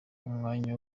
umwanya